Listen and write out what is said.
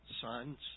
sons